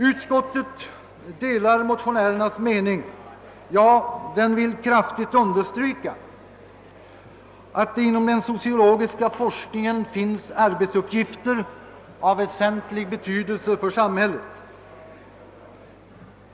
Utskottet delar motionärernas mening, ja, det vill kraftigt understryka, att det inom den sociologiska forskningen finns arbetsuppgifter av väsentlig betydelse för samhället.